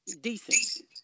decent